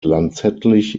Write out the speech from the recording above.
lanzettlich